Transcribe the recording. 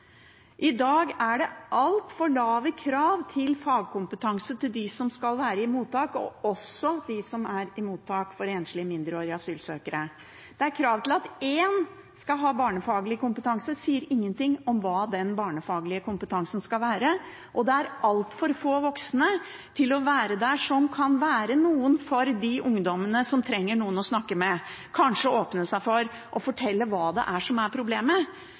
I dag er det altfor lave krav til fagkompetanse hos dem som skal være i mottak, også hos dem som er i mottak for enslige mindreårige asylsøkere. Det er krav til at én skal ha barnefaglig kompetanse, men det sies ingenting om hva den barnefaglige kompetansen skal være, og det er altfor få voksne som kan være der for de ungdommene som trenger noen å snakke med, kanskje åpne seg for og fortelle hva som er problemet. For det er få ungdommer i verden som er